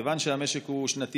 כיוון שהמשק הוא שנתי.